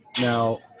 now